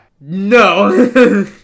No